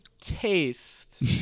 taste